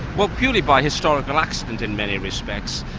well purely by historical accident in many respects.